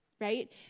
right